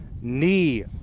knee